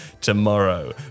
tomorrow